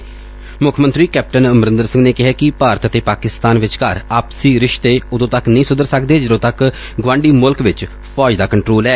ਪੰਜਾਬ ਦੇ ਮੁੱਖ ਮੰਤਰੀ ਕੈਪਟਨ ਅਮਰਿੰਦਰ ਸਿੰਘ ਨੇ ਕਿਹੈ ਕਿ ਭਾਰਤ ਅਤੇ ਪਾਕਿਸਤਾਨ ਦਰਮਿਆਨ ਆਪਸੀ ਸਬੰਧ ਉਦੋਂ ਤੱਕ ਨਹੀਂ ਸੁਧਰ ਸਕਦੇ ਜਦੋਂ ਤੱਕ ਗੁਆਂਢੀ ਮੁਲਕ ਵਿਚ ਫੌਜ ਦਾ ਕੰਟਰੋਲ ਏ